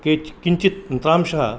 केचि किञ्चित् तन्त्रांशः